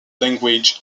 languages